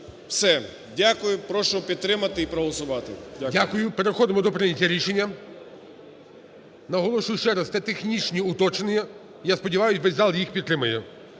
Все. Дякую. Прошу підтримати і проголосувати. Дякую. ГОЛОВУЮЧИЙ. Дякую. Переходимо до прийняття рішення. Наголошую ще раз, це технічні уточнення, я сподіваюсь, весь зал їх підтримає.